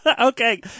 Okay